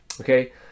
okay